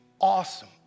awesome